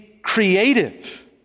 creative